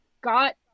got